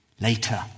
later